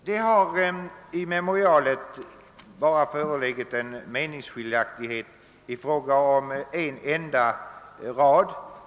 Det har i memorialet förelegat meningsskiljaktighet i fråga om en enda rad.